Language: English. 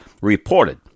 reported